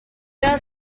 are